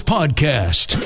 Podcast